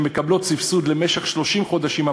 שמקבלות סבסוד למשך 30 חודשים.